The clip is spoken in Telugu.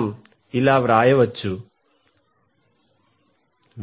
మనం ఇలా వ్రాయవచ్చు